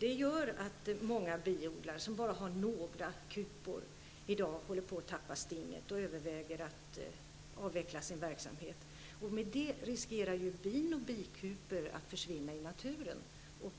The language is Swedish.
gör att många biodlare som har bara några kupor i dag håller på att tappa stinget och överväger att avveckla sin verkamhet. Då finns det risk för att bina och bikuporna i naturen försvinner.